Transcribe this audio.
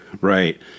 Right